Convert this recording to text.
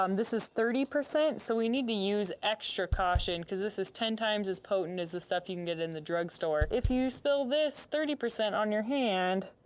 um this is thirty, so we need to use extra caution because this is ten times as potent as the stuff you can get in the drugstore. if you spill this thirty percent on your hand,